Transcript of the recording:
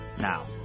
Now